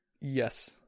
yes